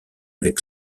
avec